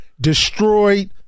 destroyed